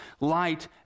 light